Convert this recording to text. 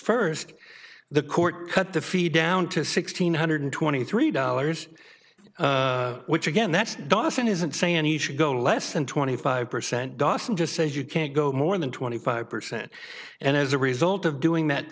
first the court cut the fee down to sixteen hundred twenty three dollars which again that's dawson isn't saying he should go less than twenty five percent dawson just says you can't go more than twenty five percent and as a result of doing that